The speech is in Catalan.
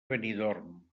benidorm